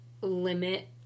limit